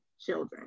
children